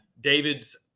David's